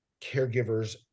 caregivers